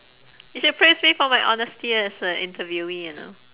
you should praise me for my honesty as a interviewee you know